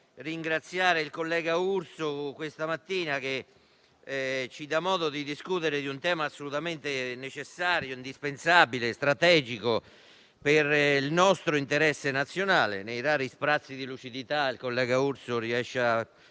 ringraziare il collega Urso, che questa mattina ci dà modo di discutere di un tema assolutamente necessario, indispensabile e strategico per il nostro interesse nazionale. Nei "rari sprazzi di lucidità", il collega Urso riesce a